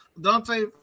Dante